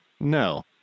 No